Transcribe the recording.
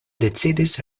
decidis